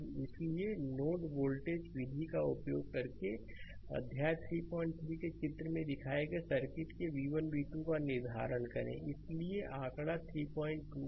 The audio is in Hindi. २ इसलिए नोड वोल्टेज विधि का उपयोग करके ३ अध्याय ३३ के चित्र में दिखाए गए सर्किट के v1 और v2 का निर्धारण करें इसलिए आंकड़ा ३२